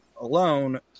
alone